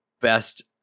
best